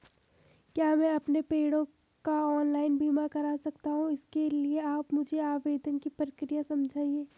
क्या मैं अपने पेड़ों का ऑनलाइन बीमा करा सकता हूँ इसके लिए आप मुझे आवेदन की प्रक्रिया समझाइए?